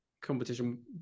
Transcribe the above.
competition